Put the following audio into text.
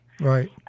Right